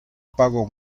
pago